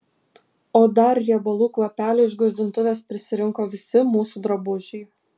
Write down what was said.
o dar riebalų kvapelio iš gruzdintuvės prisirinko visi mūsų drabužiai